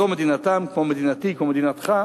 זו מדינתם כמו מדינתי, כמו מדינתך,